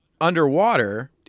underwater